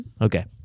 Okay